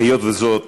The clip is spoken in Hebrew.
היות שזאת